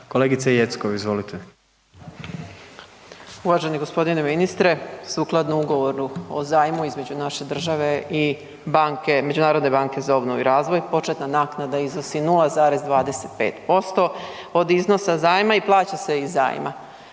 Kolegice Jeckov, izvolite. **Jeckov, Dragana (SDSS)** Uvaženi g. ministre. Sukladno ugovoru o zajmu između naše države i banke, Međunarodne banke za obnovu i razvoj, početna naknada iznosi 0,25% od iznosa zajma i plaća se iz zajma.